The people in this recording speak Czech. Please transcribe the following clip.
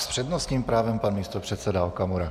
S přednostním právem pan místopředseda Okamura.